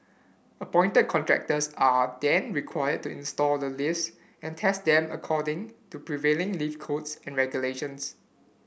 appointed contractors are then required to install the lifts and test them according to prevailing lift codes and regulations